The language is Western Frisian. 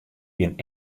gjin